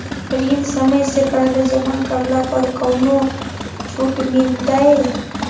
ऋण समय से पहले जमा करला पर कौनो छुट मिलतैय?